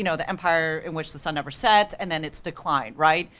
you know the empire in which the sun never sets, and then its decline, right?